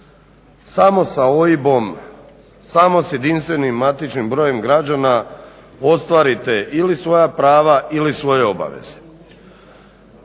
samo sa OIB-om, samo sa JMBG-om građana ostvarite ili svoja prava ili svoje obaveze.